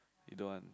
you don't want